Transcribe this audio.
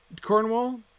Cornwall